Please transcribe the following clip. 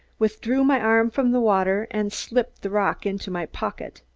withdrew my arm from the water and slipped the rock into my pocket.